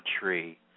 tree